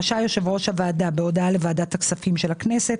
רשאי יושב-ראש הוועדה בהודעה לוועדת הכספים של הכנסת